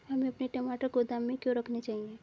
हमें अपने टमाटर गोदाम में क्यों रखने चाहिए?